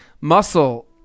muscle